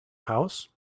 house